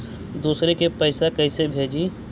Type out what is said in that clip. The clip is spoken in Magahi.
दुसरे के पैसा कैसे भेजी?